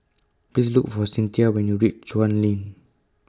Please Look For Cynthia when YOU REACH Chuan LINK